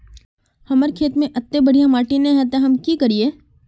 हमर खेत में अत्ते बढ़िया माटी ने है ते हम की करिए?